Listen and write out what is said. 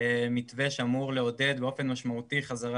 מתווה שאמור לעודד באופן משמעותי חזרה